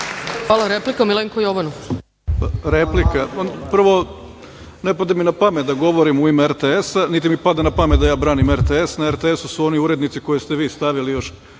Jovanov, replika. **Milenko Jovanov** Prvo, ne pada mi na pamet da govorim u ime RTS-a, niti mi pada na pamet da ja branim RTS. Na RTS-u su oni urednici koje ste vi stavili još